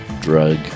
drug